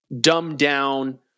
dumbed-down